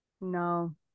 No